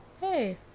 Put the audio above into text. Hey